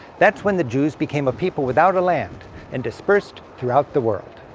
that's when the jews became a people without a land and dispersed throughout the world.